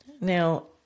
Now